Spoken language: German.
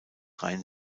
rhein